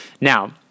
Now